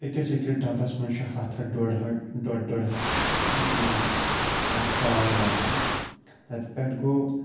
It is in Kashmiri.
أکِس أکِس ڈَبَس منٛز چھِ ہَتھ ہَتھ ڈۄڈ ڈۄڈ ڈۄڈ ہَتھ یِم سوارِ واتان تَتہِ پٮ۪ٹھ گوٚو